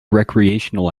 recreational